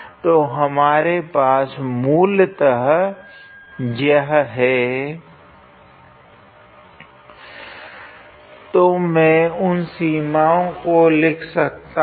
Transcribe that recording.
तो हमारे पास मूलतः है तो मैं उन सीमाओं को लिख सकता हूँ